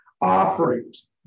offerings